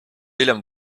hiljem